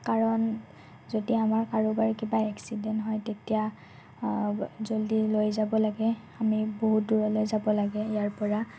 কাৰণ যদি আমাৰ কাৰোবাৰ কিবা এক্সিডেণ হয় তেতিয়া জল্ডি লৈ যাব লাগে আমি বহুত দূৰলৈ যাব লাগে ইয়াৰ পৰা